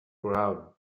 brown